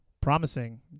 Promising